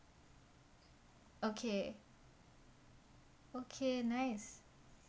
okay okay nice